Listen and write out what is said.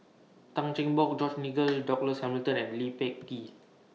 Tan Cheng Bock George Nigel Douglas Hamilton and Lee Peh Gee